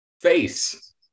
Face